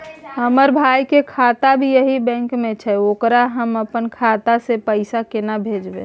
हमर भाई के खाता भी यही बैंक में छै ओकरा हम अपन खाता से पैसा केना भेजबै?